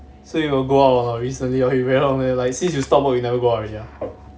so you got go out or not recently or you very long since you stop work you never go out already ah